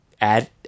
add